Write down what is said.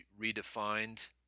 redefined